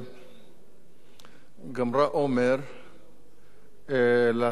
גמרה אומר ללכת להרפתקה הצבאית.